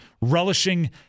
relishing